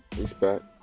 Respect